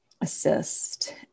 assist